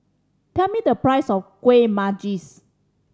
tell me the price of Kuih Manggis